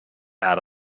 out